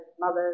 mothers